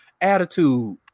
attitude